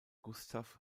gustav